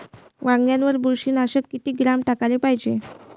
वांग्यावर बुरशी नाशक किती ग्राम टाकाले पायजे?